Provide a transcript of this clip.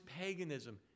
paganism